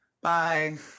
bye